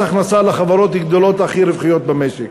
הכנסה לחברות הגדולות הכי רווחיות במשק.